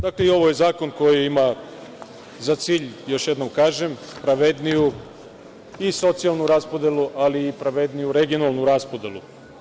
Dakle, i ovo je zakon koji ima za cilj, još jednom kažem, pravedniju i socijalnu raspodelu, ali i pravedniju regionalnu raspodelu.